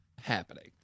happening